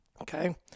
okay